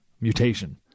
mutation